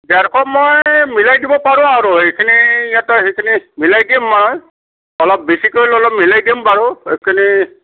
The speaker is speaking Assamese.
ডেৰশ মই মিলাই দিব পাৰোঁ আৰু এইখিনি ইয়াটো সেইখিনি মিলাই দিম মই অলপ বেছিকৈ ল'লে মিলাই দিম বাৰু এক্সুৱেলি